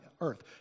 earth